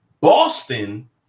boston